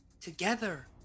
together